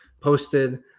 posted